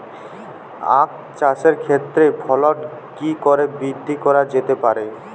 আক চাষের ক্ষেত্রে ফলন কি করে বৃদ্ধি করা যেতে পারে?